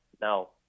Now